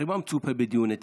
הרי מה מצופה בדיוני תקציב?